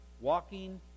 walking